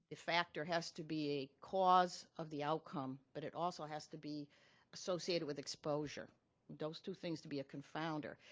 factor has to be a cause of the outcome but it also has to be associated with exposure those two things to be a confounder.